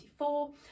2024